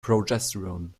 progesterone